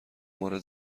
مورد